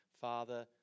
Father